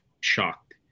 shocked